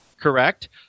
Correct